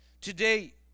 Today